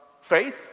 faith